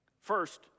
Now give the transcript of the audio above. First